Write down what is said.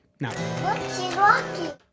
No